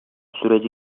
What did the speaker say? süreci